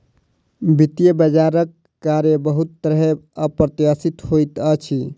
वित्तीय बजारक कार्य बहुत तरहेँ अप्रत्याशित होइत अछि